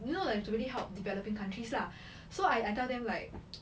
you know like to really help developing countries lah so I I tell them like